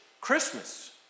Christmas